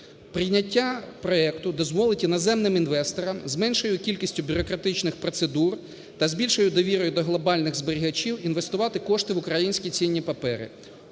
Прийняття проекту дозволить іноземним інвесторам з меншою кількістю бюрократичних процедур та з більшою довірою до глобальних зберігачів інвестувати кошти в українські цінні папери,